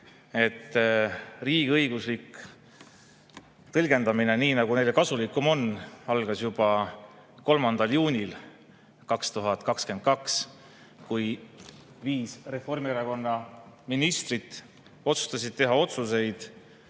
Riigi õiguslik tõlgendamine, nii nagu neile kasulikum on, algas juba 3. juunil 2022, kui viis Reformierakonna ministrit otsustasid teha